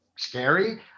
scary